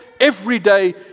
everyday